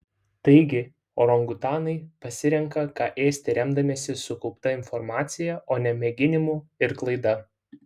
taigi orangutanai pasirenka ką ėsti remdamiesi sukaupta informacija o ne mėginimu ir klaida